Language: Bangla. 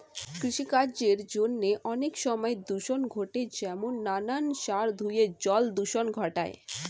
কৃষিকার্যের জন্য অনেক সময় দূষণ ঘটে যেমন নানান সার ধুয়ে জল দূষণ ঘটায়